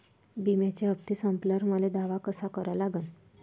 बिम्याचे हप्ते संपल्यावर मले दावा कसा करा लागन?